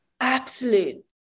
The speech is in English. absolute